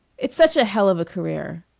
it's such a hell of a career!